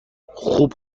خوب